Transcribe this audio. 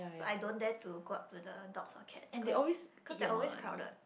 so I don't dare to go up to the dogs or the cats cause cause they are always crowded